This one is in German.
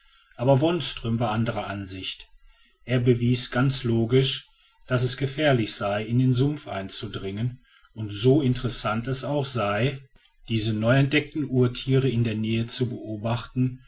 aber wonström war anderer ansicht er bewies ganz logisch daß es gefährlich sei in den sumpf einzudringen und so interessant es auch sei diese neu entdeckten urtiere in der nähe zu beobachten